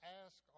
ask